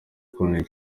ikomeye